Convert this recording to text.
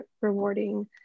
rewarding